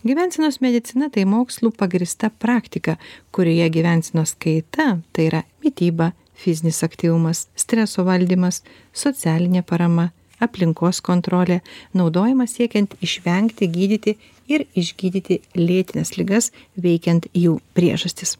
gyvensenos medicina tai mokslu pagrįsta praktika kurioje gyvensenos kaita tai yra mityba fizinis aktyvumas streso valdymas socialinė parama aplinkos kontrolė naudojimas siekiant išvengti gydyti ir išgydyti lėtines ligas veikiant jų priežastis